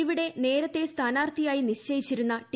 ഇവിടെ നേരത്തെ സ്ഥാനാർത്ഥിയായി നീശ്ച്യിച്ചിരുന്ന ടി